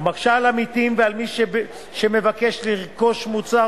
ומקשה על עמיתים ועל מי שמבקש לרכוש מוצר